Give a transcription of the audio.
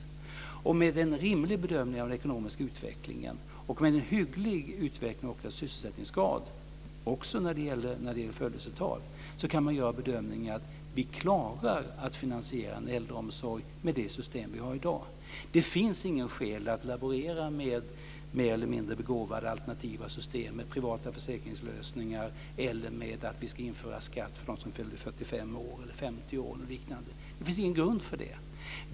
Med en rimlig bedömning av den ekonomiska utvecklingen och med en hygglig utveckling av sysselsättningsgraden och också när det gäller födelsetal kan man göra bedömningen att vi klarar att finansiera en äldreomsorg med det system vi har i dag. Det finns inga skäl att laborera med mer eller mindre begåvade alternativa system med privata försäkringslösningar eller med att vi ska införa skatt för dem som fyllt 45 år, 50 år eller något liknande. Det finns ingen grund för det.